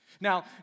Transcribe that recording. Now